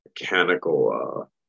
mechanical